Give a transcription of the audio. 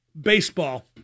baseball